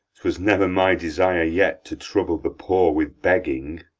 twas never my desire yet to trouble the poor with begging.